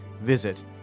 Visit